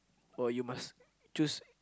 or you must choose